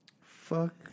Fuck